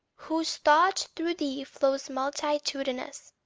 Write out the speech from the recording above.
whose thought through thee flows multitudinous?